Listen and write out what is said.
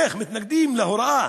איך מתנגדים להוראה,